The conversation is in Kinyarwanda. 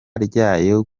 ryayo